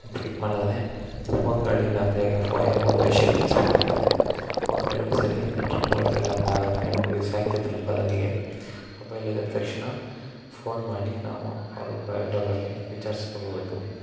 ಪಿಕ್ ಮಾಡೋದೆ ಫೋನುಗಳು ಇಲ್ಲ ಅಂದರೆ ಈಗ ಫೋನ್ ಒಂದು ವಿಷಯ ತಿಳಿಸ್ಬೇಕ್ ಆಯ್ತದೆ ಫೋನುಗಳು ಇದ್ದರೆ ಸರಿ ಈ ಲೆಟ್ರ್ ಮೂಲಕ ಎಲ್ಲ ಅಂದರೆ ಆಗೋಲ್ಲ ಎರಡು ಮೂರು ದಿವಸ ಆಯ್ತದೆ ತಲ್ಪೋದು ಅಲ್ಲಿಗೆ ಮೊಬೈಲ್ ಇದ್ದರೆ ತಕ್ಷಣ ಫೋನ್ ಮಾಡಿ ನಾವು ಅವ್ರ ಬಯೋಡಟ ಬಗ್ಗೆ ವಿಚಾರಿಸ್ಕೋಬೋದು